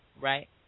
right